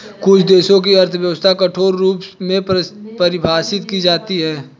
कुछ देशों की अर्थव्यवस्था कठोर रूप में परिभाषित की जाती हैं